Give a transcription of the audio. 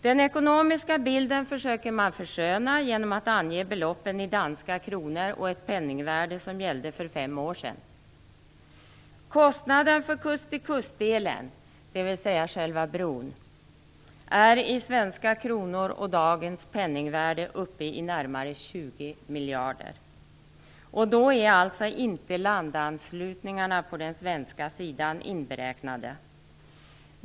Den ekonomiska bilden försöker man försköna genom att ange beloppen i danska kronor och ett penningvärde som gällde för fem år sedan. Kostnaden för kusttill-kust-delen, dvs. själva bron, är i svenska kronor och med dagens penningvärde uppe i närmare 20 miljarder. Då är alltså inte landanslutningarna på den svenska sidan inberäknade.